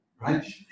right